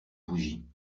bougie